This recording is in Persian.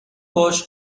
باش